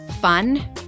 fun